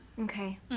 Okay